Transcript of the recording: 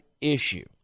issue